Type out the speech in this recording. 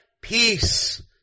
Peace